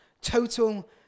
total